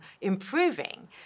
improving